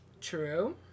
true